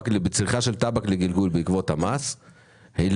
בצריכה של טבק לגלגול ירדה בעקבות המס ושהיא